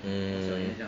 mm